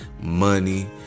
money